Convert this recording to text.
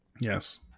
yes